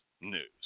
news